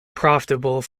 profitable